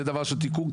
זה דבר של תיקון,